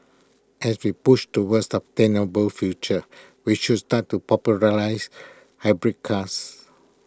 as we push towards sustainable future we should start to popularise hybrid cars